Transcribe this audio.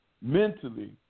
Mentally